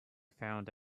found